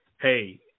hey